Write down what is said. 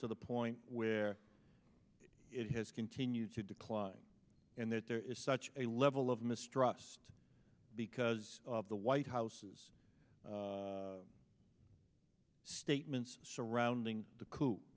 to the point where it has continued to decline and that there is such a level of mistrust because of the white house's statements surrounding the co